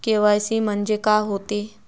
KYC म्हंनजे का होते?